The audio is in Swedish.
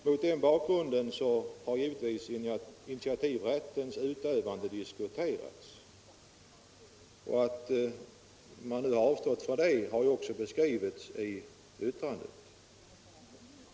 Mot den bakgrunden har givetvis initiativrättens utövande diskuterats, och anledningen till att man nu har avstått från att föra fram frågan till ett förnyat ställningstagande av riksdagen har också angivits i yttrandet.